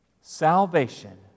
Salvation